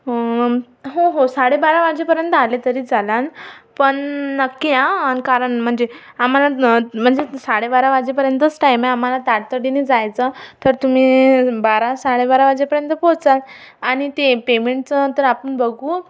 हो हो साडेबारा वाजेपर्यंत आले तरी चालान पण नक्की या हं कारण म्हणजे आम्हाला म्हणजे साडेबारा वाजेपर्यंतच टाईम आहे आम्हाला तातडीनी जायचं तर तुम्ही बारा साडेबारा वाजेपर्यंत पोहोचा आणि ते पेमेंटचं नंतर आपण बघू